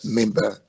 member